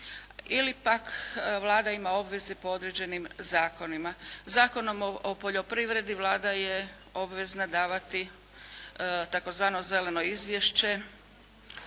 ili pak Vlada ima obveze po određenim zakonima. Zakonom o poljoprivredi Vlada je obvezna davati tzv. zeleno izvješće.